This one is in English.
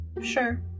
Sure